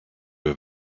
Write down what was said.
have